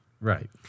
Right